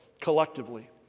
collectively